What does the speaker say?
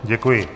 Děkuji.